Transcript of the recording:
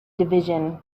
division